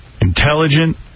intelligent